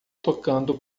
tocando